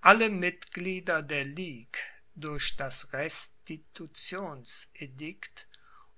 alle mitglieder der ligue durch das restitutionsedikt